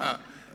נכון,